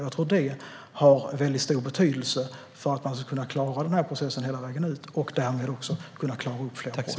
Jag tror att det har väldigt stor betydelse för att man ska kunna klara den här processen hela vägen ut och därmed också kunna klara upp fler brott.